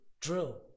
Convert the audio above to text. Drill